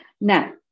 Now